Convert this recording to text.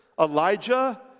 Elijah